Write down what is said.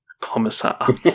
Commissar